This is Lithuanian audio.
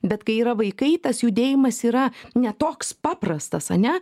bet kai yra vaikai tas judėjimas yra ne toks paprastas ane